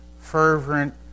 fervent